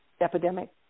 epidemic